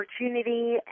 opportunity